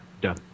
done